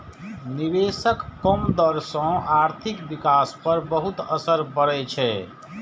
निवेशक कम दर सं आर्थिक विकास पर बहुत असर पड़ै छै